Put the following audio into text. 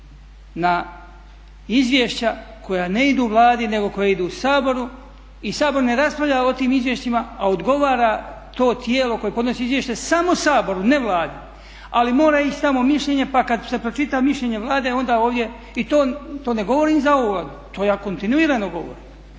na izvješća koja ne idu Vladi nego koja idu Sabor i Sabor ne raspravlja o tim izvješćima, a odgovara to tijelo koje podnosi izvješće samo Saboru ne Vladi, ali mora ići tamo mišljenje pa kada se pročita mišljenje Vlade onda ovdje i to ne to ne govorim za ovu Vladu, to ja kontinuirano govorim,